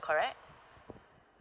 correct